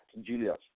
Julius